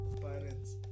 parents